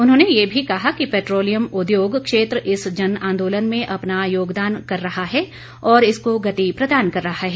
उन्होंने यह भी कहा कि पेट्रोलियम उद्योग क्षेत्र इस जन आंदोलन में अपना योगदान कर रहा है और इसको गति प्रदान कर रहा है